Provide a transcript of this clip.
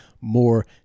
more